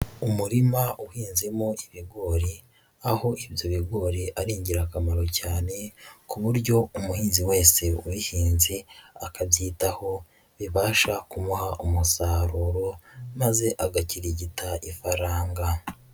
Umurima uhinzemo ibigori, aho ibyo bigori ari ingirakamaro cyane ku buryo umuhinzi wese ubihinze akabyitaho, bibasha kumuha umusaruro, maze agakirigita ifaranga.